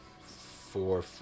four